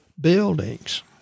buildings